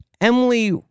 Emily